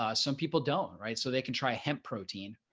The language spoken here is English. ah some people don't right so they can try hemp protein.